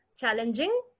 challenging